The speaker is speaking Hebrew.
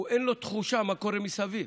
אין לו תחושה מה קורה מסביב,